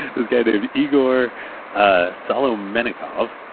this guy named igor ah solomennikov,